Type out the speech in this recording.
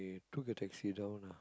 took a taxi down ah